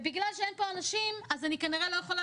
ובגלל שאין פה אנשים אז אני כנראה לא יכולה